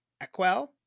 Aquel